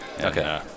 Okay